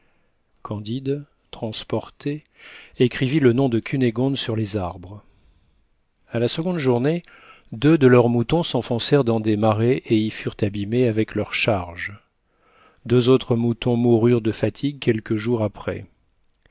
candide transporté écrivit le nom de cunégonde sur les arbres a la seconde journée deux de leurs moutons s'enfoncèrent dans des marais et y furent abîmés avec leurs charges deux autres moutons moururent de fatigue quelques jours après